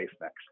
next